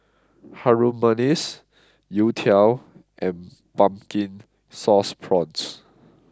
Harum Manis Youtiao and Pumpkin Sauce Prawns